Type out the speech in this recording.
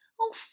Oh